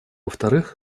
вторых